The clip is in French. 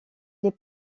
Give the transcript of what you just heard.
les